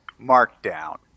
Markdown